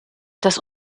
das